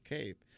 Cape